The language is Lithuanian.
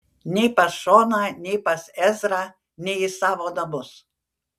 nei pas šoną nei pas ezrą nei į savo namus